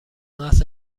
محض